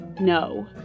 no